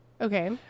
Okay